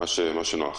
מה שנוח.